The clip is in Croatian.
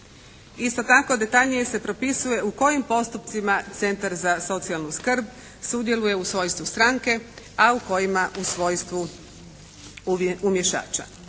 Isto tako, detaljnije se propisuje u kojim postupcima Centar za socijalnu skrb sudjeluje u svojstvu stranke, a u kojima u svojstvu umješaća.